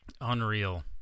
Unreal